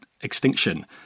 extinction